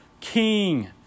king